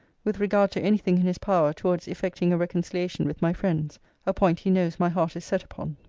with regard to any thing in his power towards effecting a reconciliation with my friends a point he knows my heart is set upon.